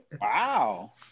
Wow